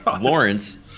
Lawrence